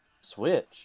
Switch